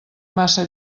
massa